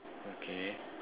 okay